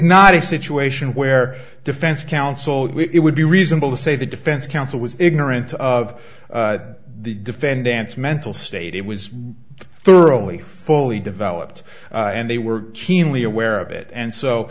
not a situation where defense counsel it would be reasonable to say the defense counsel was ignorant of the defendants mental state it was thoroughly fully developed and they were keenly aware of it and so